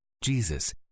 Jesus